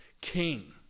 king